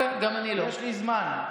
יש לי זמן.